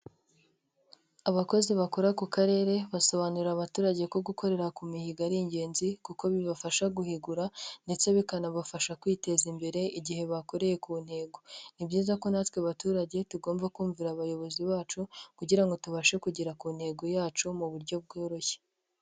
Abakozi bakora ku Karere basobanurira abaturage ko gukorera ku mihigo ari ingenzi kuko bibafasha guhigura ndetse bikanabafasha kwiteza imbere igihe bakoreye ku ntego. Ni byiza ko natwe baturage tugomba kumvira abayobozi bacu kugira ngo tubashe kugera ku ntego yacu mu buryo bworoshye.